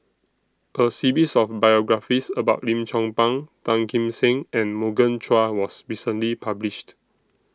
A series of biographies about Lim Chong Pang Tan Kim Seng and Morgan Chua was recently published